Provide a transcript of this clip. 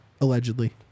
Allegedly